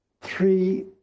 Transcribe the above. three